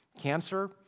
Cancer